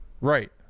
Right